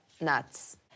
nuts